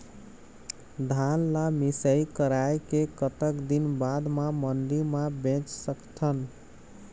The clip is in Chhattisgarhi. धान ला मिसाई कराए के कतक दिन बाद मा मंडी मा बेच सकथन?